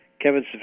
Kevin